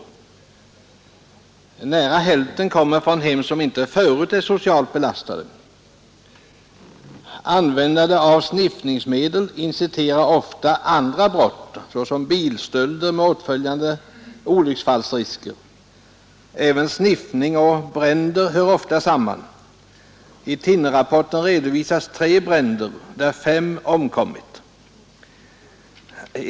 Nära hälften kommer från hem som inte förut är socialt belastade. Användandet av sniffningsmedel inciterar ofta brott såsom bilstölder med åtföljande olycksfallsrisker. Även sniffning och bränder hör ofta samman. I thinnerrapporten redovisas tre bränder där fem personer omkommit.